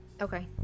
okay